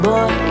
Boy